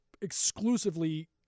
exclusively